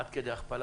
עד כדי הכפלה,